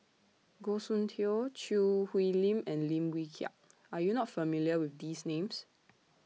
Goh Soon Tioe Choo Hwee Lim and Lim Wee Kiak Are YOU not familiar with These Names